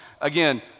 again